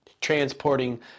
transporting